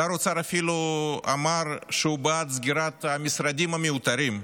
שר האוצר אפילו אמר שהוא בעד סגירת המשרדים המיותרים.